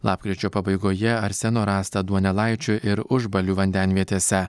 lapkričio pabaigoje arseno rasta duonelaičių ir užbalių vandenvietėse